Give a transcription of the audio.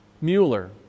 Mueller